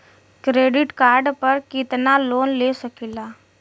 Credit card पर कितनालोन ले सकीला?